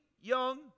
young